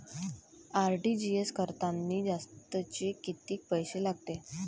RTGS करतांनी जास्तचे कितीक पैसे लागते?